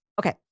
okay